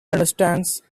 understands